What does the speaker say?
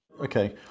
Okay